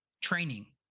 training